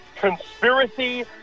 conspiracy